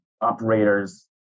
operators